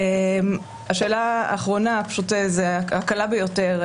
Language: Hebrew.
אתחיל מהשאלה האחרונה, שהיא הקלה ביותר.